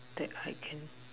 that I can